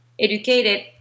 educated